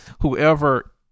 whoever